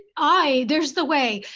aye, there's the way,